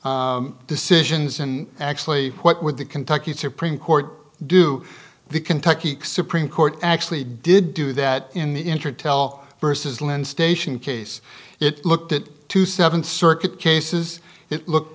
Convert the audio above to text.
kentucky decisions in actually what would the kentucky supreme court do the kentucky supreme court actually did do that in the interest tell versus lynn station case it looked at two seven circle cases it looked